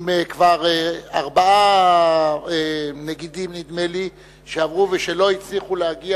נדמה לי שכבר ארבעה נגידים עברו ולא הצליחו להגיע